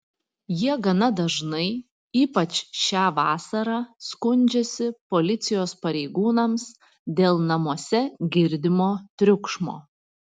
jie gana dažnai ypač šią vasarą skundžiasi policijos pareigūnams dėl namuose girdimo triukšmo